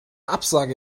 absage